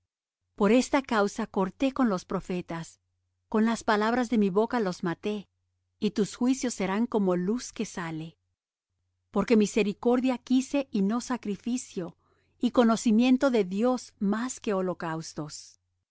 por esta causa corté con los profetas con las palabras de mi boca los maté y tus juicios serán como luz que sale porque misericordia quise y no sacrificio y conocimiento de dios más que holocaustos